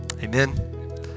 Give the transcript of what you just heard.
Amen